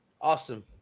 Awesome